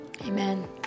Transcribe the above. Amen